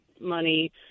money